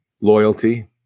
loyalty